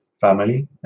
family